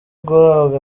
guhabwa